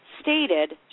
stated